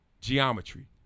Geometry